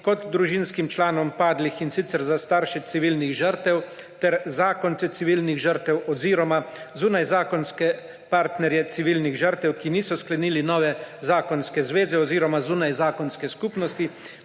kot družinskim članom padlih, in sicer za starše civilnih žrtev ter zakonce civilnih žrtev oziroma zunajzakonske partnerje civilnih žrtev, ki niso sklenili nove zakonske zveze oziroma zunajzakonske skupnosti,